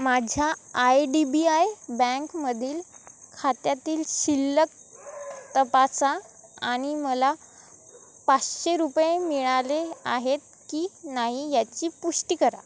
माझ्या I D B I बँकमधील खात्यातील शिल्लक तपासा आणि मला पाचशे रुपये मिळाले आहेत की नाही याची पुष्टी करा